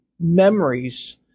memories –